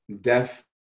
death